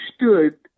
understood